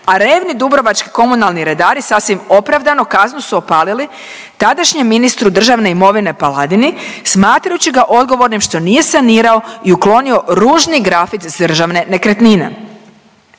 a revni dubrovački komunalni redari sasvim opravdano, kaznu su opalili tadašnjem ministru državne imovine Paladini smatrajući ga odgovornim što nije sanirao i uklonio ružni grafit s državne nekretnine.